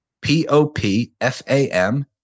P-O-P-F-A-M